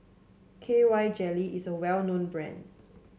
K Y Jelly is a well known brand